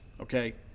okay